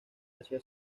asia